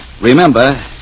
Remember